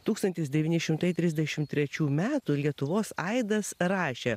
tūkstantis devyni šimtai trisdešimt trečių metų lietuvos aidas rašė